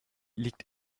liegt